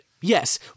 yes